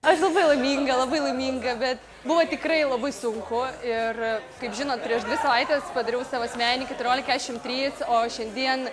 aš labai laiminga labai laiminga bet buvo tikrai labai sunku ir kaip žinot prieš dvi savaites padariau savo asmeninį keturiolika kešim trys o šiandien